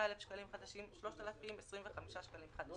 25,000 שקלים חדשים, 3,025 שקלים חדשים.